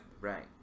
Right